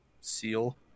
Seal